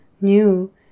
new